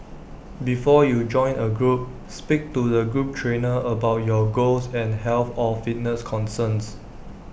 before you join A group speak to the group trainer about your goals and health or fitness concerns